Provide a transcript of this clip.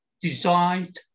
designed